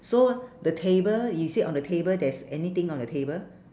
so the table you see on the table there's anything on the table